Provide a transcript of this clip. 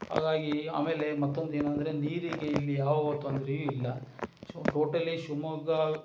ಹಾಗಾಗಿ ಆಮೇಲೆ ಮತ್ತೊಂದು ಏನಂದರೆ ನೀರಿಗೆ ಇಲ್ಲಿ ಯಾವ ತೊಂದರೆಯೂ ಇಲ್ಲ ಸೊ ಟೋಟಲಿ ಶಿವಮೊಗ್ಗ